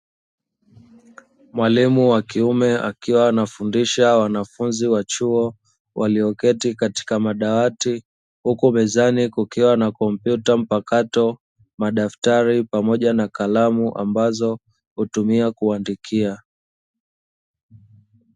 Mwalimu wa kiume akiwa anafundisha wanafunzi wa chuo walioketi katika madawati, huku mezani kukiwa na kompyuta mpakato, madaftari pamoja na kalamu ambazo hutumia kuandikia.